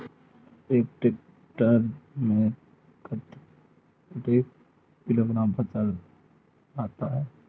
एक टेक्टर में कतेक किलोग्राम फसल आता है?